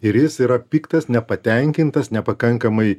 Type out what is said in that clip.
ir jis yra piktas nepatenkintas nepakankamai